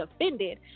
offended